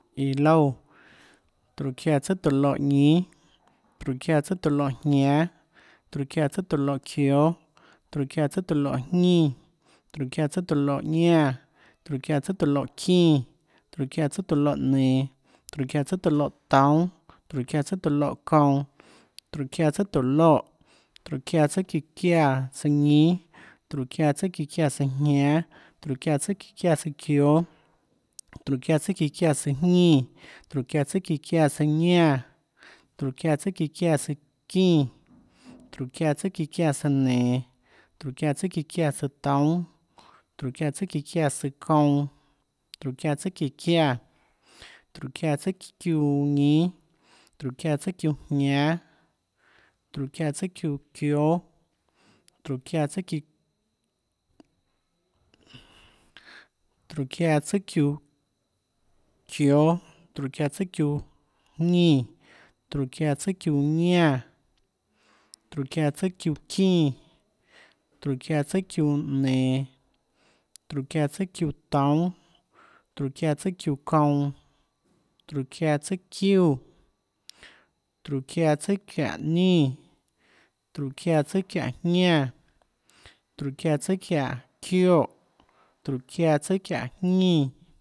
Iã loúã. tróhå çiáã tsùâ tóå loè ñínâ. tróhå çiáã tsùâ tóå loè jñánâ. tróhå çiáã tsùâ tóå loè çióâ. tróhå çiáã tsùâ tóå loè jñínã. tróhå çiáã tsùâ tóå loè ñánã. tróhå çiáã tsùâ tóå loè çínã. tróhå çiáã tsùâ tóå loè nenå. tróhå çiáã tsùâ tóå loè toúnâ. tróhå çiáã tsùâ tóå loè kounã, tróhå çiáã tsùà tóhå loè, tróhå çiáã tsùâ çíã çiáã tsùâ ñínâ. tróhå çiáã tsùâ çíã çiáã tsùâjñánâ, tróhå çiáã tsùâ çíã çiáã tsùâ çióâ. tróhå çiáã tsùâ çíã çiáã tsùâ jñínã. tróhå çiáã tsùâ çíã çiáã tsùâ ñánã. tróhå çiáã tsùâ çíã çiáã tsùâ çínã. tróhå çiáã tsùâ çíã çiáã tsùâ nenå. tróhå çiáã tsùâ çíã çiáã tsùâ toúnâ. tróhå çiáã tsùâ çíã çiáã tsùâ çounã tróhå çiáã tsùâ çíã çiáã. tróhå çiáã tsùâ çiúã ñínâ. tróhå çiáã tsùâ çiúãjñánâ. tróhå çiáã tsùâ çiúã çióâ, tróhå çiáã tsùâ çiúã, tróhå çiáã tsùâ çiúã çióâ, tróhå çiáã tsùâ çiúã jñínã. tróhå çiáã tsùâ çiúã ñánã. tróhå çiáã âtsùâ çiúã çínã, tróhå çiáã tsùâ çiúã nenå. tróhå çiáã tsùâ çiúã toúnâ, tróhå çiáã tsùâ çiúã kounã. tróhå çiáã tsùâ çiúã. tróhå çiáã tsùâ çiáhå ñínâ. tróhå çiáã tsùâ çiáhå jñánâ, tróhå çiáã tsùâ çiáhå jñánã, tróhå çiáã tsùâ çiáhå çioè. tróhå çiáã tsùâ çiáhå jñínã